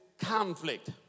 conflict